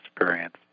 experience